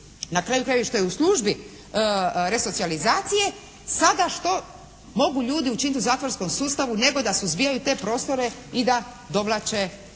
na kraju krajeva i što je u službi resocijalizacije sada što mogu ljudi učiniti u zatvorskom sustavu, nego da suzbijaju te prostore i da dovlače